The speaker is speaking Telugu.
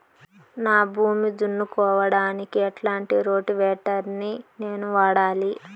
నా భూమి దున్నుకోవడానికి ఎట్లాంటి రోటివేటర్ ని నేను వాడాలి?